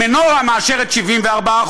"מנורה" מאשרת 74%,